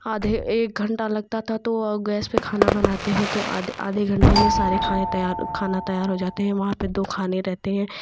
आधे एक घंटा लगता था तो गैस पर खाना बनाते हैं तो आधे घंटे में सारे खाएँ तैयार खाना तैयार हो जाते हैं वहाँ पर दो खाने रहते हैं